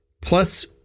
plus